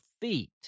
feet